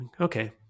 Okay